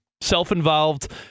self-involved